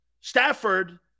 Stafford